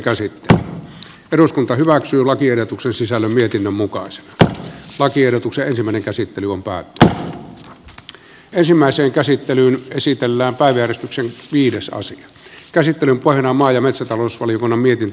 käsittelyn eduskunta hyväksyi lakiehdotuksen sisällön mietinnön mukaiset lakiehdotuksen ensimmäinen pohjana on päättyvän ensimmäiseen käsittelyyn esitellään vain eristyksen viidesosan käsittelyn maa ja metsätalousvaliokunnan mietintö